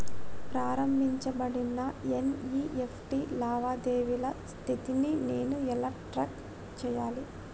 ప్రారంభించబడిన ఎన్.ఇ.ఎఫ్.టి లావాదేవీల స్థితిని నేను ఎలా ట్రాక్ చేయాలి?